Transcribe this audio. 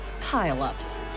pile-ups